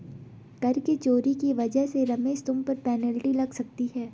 कर की चोरी की वजह से रमेश तुम पर पेनल्टी लग सकती है